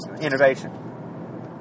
innovation